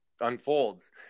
unfolds